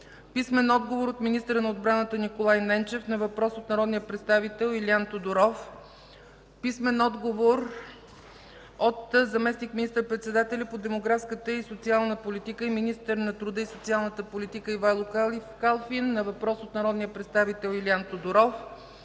Иван Вълков; - министъра на отбраната Николай Ненчев на въпрос от народния представител Илиан Тодоров; - заместник министър-председателя по демографската и социалната политика и министър на труда и социалната политика Ивайло Калфин на въпрос от народния представител Илиан Тодоров;